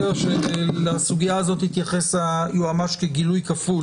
לסוגיה הזאת תתייחס היועמ"ש כגילוי כפוי